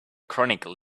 chronicle